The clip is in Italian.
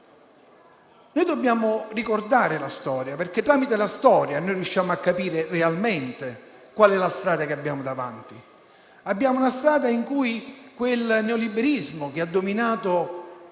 Noi dobbiamo ricordare la storia perché grazie ad essa riusciamo a capire realmente qual è la strada che abbiamo davanti. Abbiamo davanti una strada in cui il neoliberismo che ha dominato